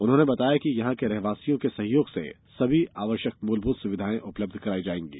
उन्होंने बताया कि यहां के रहवासियों के सहयोग से सभी आवश्यक मूलभूत सुविधाएं उपलब्ध कराई जाएंगी